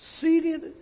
seated